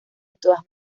todas